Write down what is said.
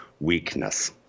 weakness